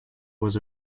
was